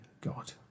God